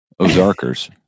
Ozarkers